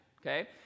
okay